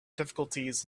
difficulties